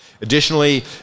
Additionally